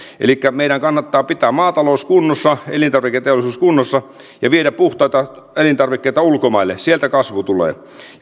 meidän kannattaa pitää maatalous kunnossa elintarviketeollisuus kunnossa ja viedä puhtaita elintarvikkeita ulkomaille sieltä kasvu tulee